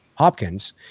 Hopkins